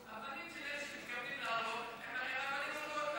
אבנים של אלה שמתכוונים להרוג הן הרי אבנים הורגות.